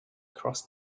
crossed